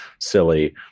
silly